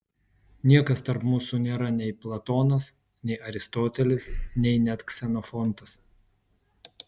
niekas tarp mūsų nėra nei platonas nei aristotelis nei net ksenofontas